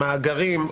המאגרים,